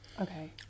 Okay